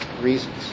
reasons